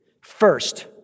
first